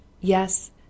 yes